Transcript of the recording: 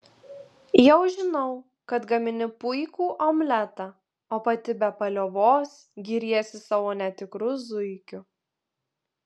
jau žinau kad gamini puikų omletą o pati be paliovos giriesi savo netikru zuikiu